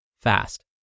fast